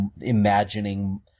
imagining